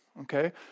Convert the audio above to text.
Okay